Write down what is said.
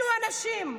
אלו האנשים,